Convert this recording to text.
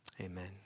Amen